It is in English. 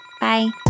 Bye